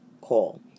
call